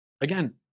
Again